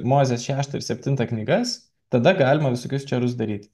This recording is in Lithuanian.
mozės šeštą ir septintą knygas tada galima visokius čerus daryt